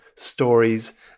stories